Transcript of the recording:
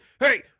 hey